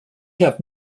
have